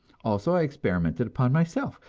also, i experimented upon myself,